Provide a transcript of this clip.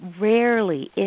rarely